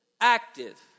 Active